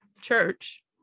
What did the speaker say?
church